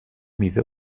میوه